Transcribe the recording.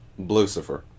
Blucifer